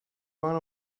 one